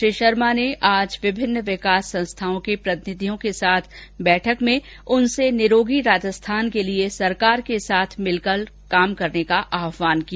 श्री शर्मा ने आज विभिन्न विकास संस्थाओं के प्रतिनिधियों के साथ बैठक में उनसे निरोगी राजस्थान के लिए सरकार के साथ मिलकर काम करने का आह्वान किया